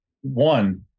one